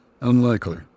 unlikely